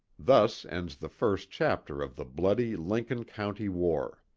thus ends the first chapter of the bloody lincoln county war.